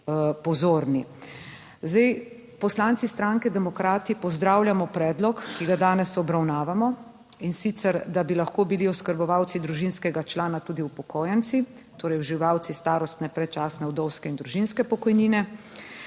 pozorni. Zdaj, poslanci stranke demokrati pozdravljamo predlog, ki ga danes obravnavamo in sicer, da bi lahko bili oskrbovanci družinskega člana tudi upokojenci, torej uživalci starostne, predčasne, vdovske in družinske pokojnine,